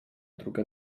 druga